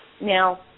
Now